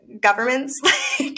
governments